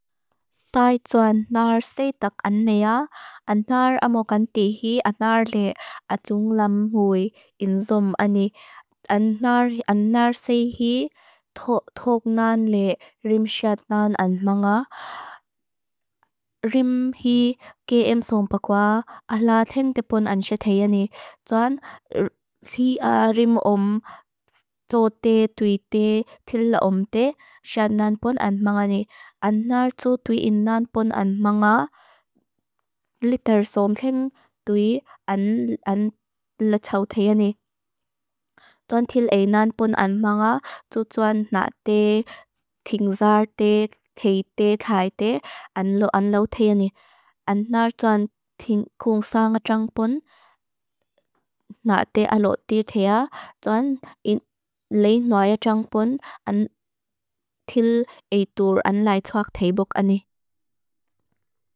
Sae tsuan nar seitak annea. An nar amokantihi. An nar le atung lam hui in zum ani. An nar seihi thok nan le rim syad nan an manga. Rim hi keem sonpa kwa ala teng te pon an syad hei ani. Tsuan rim om tsote, tuite, til om te syad nan pon an manga ni. An nar tsu tui in nan pon an manga, litar somheng tui an le tsau te ani. Tsuan til ei nan pon an manga, tsu tsuan na te ting zar te, tey te, khai te, an lo an lo te ani. An nar tsuan ting khung sanga tsangpon, na te an lo tir thea, tsuan lei noaya tsangpon, an til ei dur an lai tsuak thei bok ani.